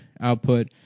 output